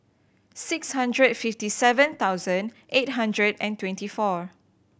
six hundred fifty seven thousand eight hundred and twenty four